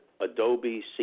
Adobe